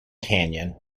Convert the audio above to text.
canyon